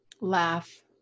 laugh